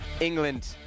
England